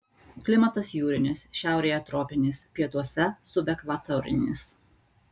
klimatas jūrinis šiaurėje tropinis pietuose subekvatorinis